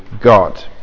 God